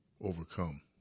overcome